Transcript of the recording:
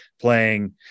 playing